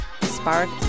Spark